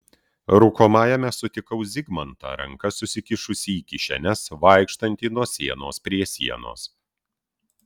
rūkomajame sutikau zigmantą rankas susikišusį į kišenes vaikštantį nuo sienos prie sienos